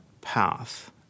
path